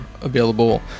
available